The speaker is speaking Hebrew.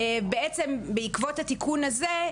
בעקבות התיקון הזה,